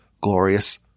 glorious